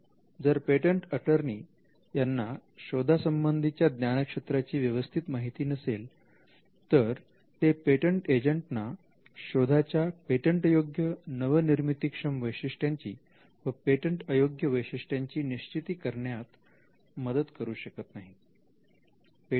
जर patent attorney यांना शोधा संबंधीच्या ज्ञानक्षेत्रा ची व्यवस्थित माहिती नसेल तर ते पेटंट एजंट ना शोधाच्या पेटंटयोग्य नवनिर्मितीक्षम वैशिष्ट्यांची व पेटंट अयोग्य वैशिष्ट्यांची निश्चिती करण्यात मदत करू शकत नाहीत